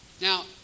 Now